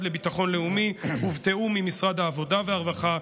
לביטחון לאומי ובתיאום עם משרד העבודה והרווחה,